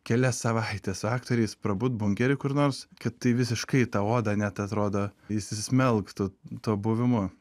kelias savaites su aktoriais prabūt bunkery kur nors kad visiškai į tą odą net atrodo įsismelktų tuo buvimu